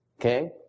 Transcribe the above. Okay